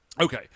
okay